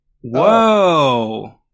Whoa